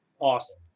awesome